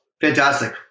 Fantastic